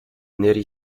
neri